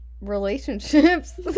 Relationships